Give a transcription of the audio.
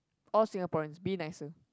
all Singaporeans be nicer